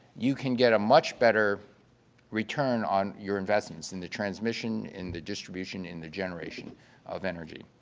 you can get a much better return on your investments in the transmission, in the distribution, in the generation of energy.